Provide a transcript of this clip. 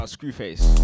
Screwface